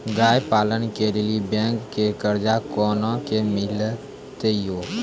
गाय पालन के लिए बैंक से कर्ज कोना के मिलते यो?